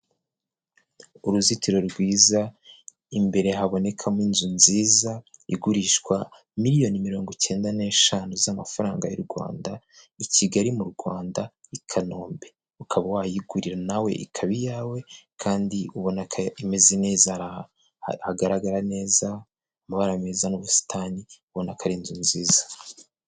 Uruzitiro rwiza, imbere habonekamo inzu nziza igurishwa miliyoni mirongo icyenda n’eshanu z’amafaranga y’u Rwanda. Iherereye i Kigali, mu Rwanda, i Kanombe. Ushobora kuyigura nawe, ikaba iyawe. Ubonana ko imeze neza, hagaragara amabara meza n’ubusitani, ubona ko ari inzu nziza.